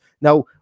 Now